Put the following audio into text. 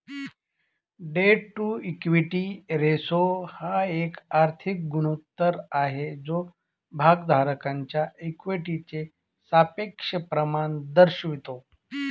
date to equity ratio हा एक आर्थिक गुणोत्तर आहे जो भागधारकांच्या इक्विटीचे सापेक्ष प्रमाण दर्शवतो